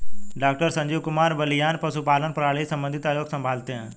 doctor Sanjeev Kumar Balyan पशुपालन प्रणाली संबंधित आयोग संभालते हैं